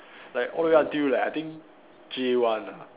like all the way until like I think J one ah